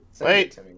Wait